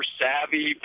savvy